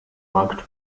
marked